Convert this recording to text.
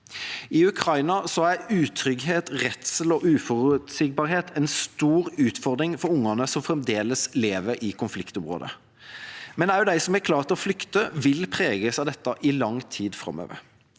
I Ukraina er utrygghet, redsel og uforutsigbarhet en stor utfordring for unger som fremdeles lever i konfliktområder. Også de som har klart å flykte, vil preges av dette i lang tid framover.